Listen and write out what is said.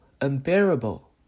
Unbearable